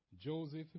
Joseph